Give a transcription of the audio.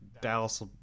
Dallas